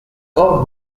hors